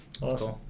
Awesome